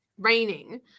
Raining